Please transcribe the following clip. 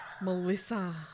Melissa